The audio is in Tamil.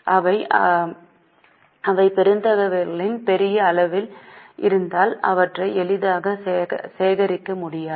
அல்லது அவை பெறத்தக்கவைகள் பெரிய அளவில் இருந்தால் அவற்றை எளிதாக சேகரிக்க முடியாது